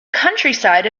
countryside